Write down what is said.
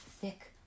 thick